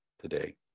today